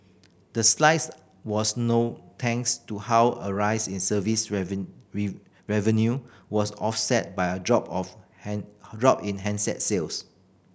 the slides was no thanks to how a rise in service revenue was offset by a drop of drop in handset sales